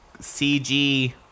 cg